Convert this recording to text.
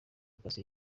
paccy